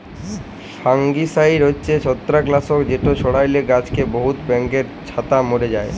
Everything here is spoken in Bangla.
ফাঙ্গিসাইড হছে ছত্রাক লাসক যেট ছড়ালে গাহাছে বহুত ব্যাঙের ছাতা ম্যরে যায়